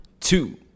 two